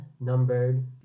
numbered